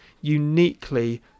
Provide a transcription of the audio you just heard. uniquely